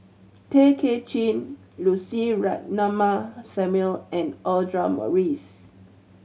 Tay Kay Chin Lucy Ratnammah Samuel and Audra Morrice